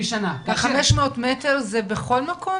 ה-500 מטר זה בכל מקום?